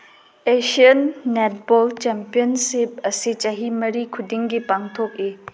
Asian netball championship ꯑꯁꯤ ꯆꯍꯤ ꯃꯔꯤ ꯈꯨꯗꯤꯡꯒꯤ ꯄꯥꯡꯊꯣꯛꯏ